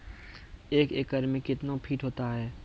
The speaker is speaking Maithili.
एक एकड मे कितना फीट होता हैं?